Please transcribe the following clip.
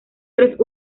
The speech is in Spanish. tres